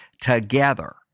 together